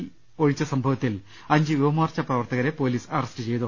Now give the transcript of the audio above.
യിൽ ഒഴിച്ച സംഭവത്തിൽ അഞ്ച് യുവമോർച്ച പ്രവർത്തകരെ പൊലീസ് അറസ്റ്റ് ചെയ്തു